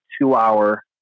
two-hour